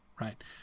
Right